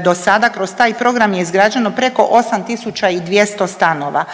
do sada kroz taj program je izgrađeno 8200 stanova.